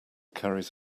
carries